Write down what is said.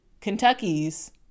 Kentucky's